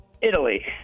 Italy